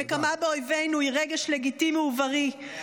הנקמה באויבינו היא רגש לגיטימי ובריא.